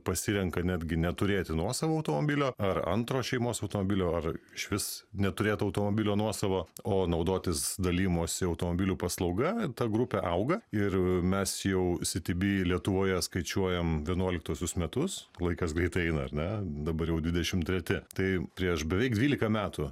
pasirenka netgi neturėti nuosavo automobilio ar antro šeimos automobilio ar išvis neturėt automobilio nuosavo o naudotis dalijimosi automobiliu paslauga ta grupė auga ir mes jau city bee lietuvoje skaičiuojam vienuoliktuosius metus laikas greit eina ar ne dabar jau dvidešim treti tai prieš beveik dvylika metų